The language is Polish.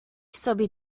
sobie